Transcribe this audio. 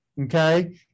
okay